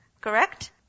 Correct